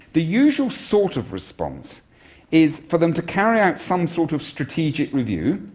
the usual sort of response is for them to carry out some sort of strategic review,